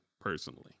personally